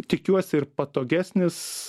tikiuosi ir patogesnis